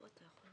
ברוך,